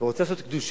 ורוצה לעשות קדושה,